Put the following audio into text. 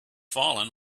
fallen